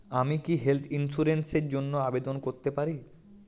আমি কি health insurance র জন্য আবেদন করতে পারি?